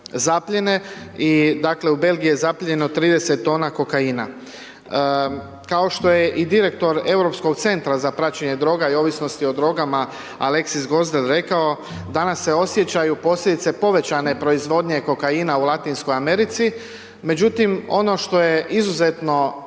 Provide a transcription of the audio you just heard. I dakle u Belgiji je zaplijenjeno 30 tona kokaina. Kao što je i direktor Europskog centra za praćenje droga i ovisnosti o drogama Alexis Goosdeel rekao, danas se osjećaju posljedice povećane proizvodnje kokaina u Latinskoj Americi. Međutim ono što je izuzetno